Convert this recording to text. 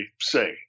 say